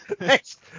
Next